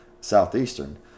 Southeastern